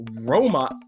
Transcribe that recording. Roma